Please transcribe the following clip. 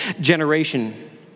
generation